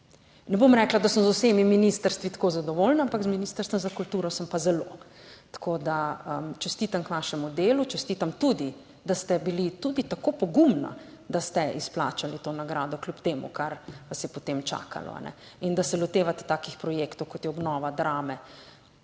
ne bom rekla, da sem z vsemi ministrstvi tako zadovoljna, ampak z Ministrstvom za kulturo. Sem pa zelo, tako da čestitam k vašemu delu, čestitam tudi da ste bili tudi tako pogumna, da ste izplačali to nagrado kljub temu, kar vas je potem čakalo? In da se lotevate takih projektov, kot je obnova Drame.